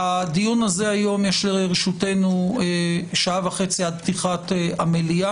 לדיון הזה היום יש שעה וחצי עד פתיחת המליאה.